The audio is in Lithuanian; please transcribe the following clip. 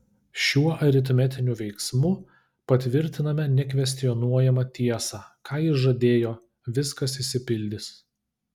šiuo aritmetiniu veiksmu patvirtiname nekvestionuojamą tiesą ką jis žadėjo viskas išsipildys